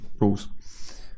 rules